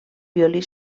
violí